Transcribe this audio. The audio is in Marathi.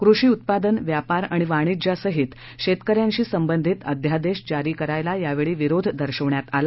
कृषी उत्पादन व्यापार आणि वाणिज्य सहित शेतकऱ्यांशी संबंधित अध्यादेश जारी करायला यावेळी विरोध दर्शवण्यात आला